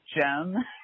Gem